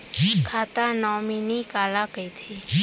खाता नॉमिनी काला कइथे?